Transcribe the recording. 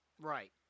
Right